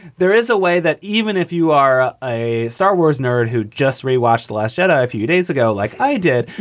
there is a way that even if you are a star wars nerd who just rewatched the last jedi. a a few days ago, like i did,